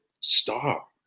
stop